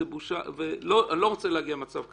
אני לא רוצה להגיע למצב כזה.